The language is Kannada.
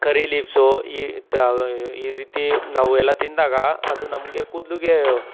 ಕರಿ ಲೀವ್ಸು ಈ ತಾ ಈ ರೀತಿ ನಾವು ಎಲ್ಲ ತಿಂದಾಗ ಅದು ನಮಗೆ ಕೂದ್ಲಿಗೆ